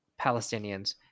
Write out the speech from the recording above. Palestinians